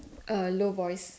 uh low voice